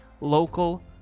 local